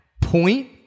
point